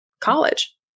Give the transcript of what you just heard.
college